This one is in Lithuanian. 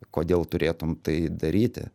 kodėl turėtum tai daryti